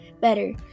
better